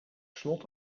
slot